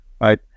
right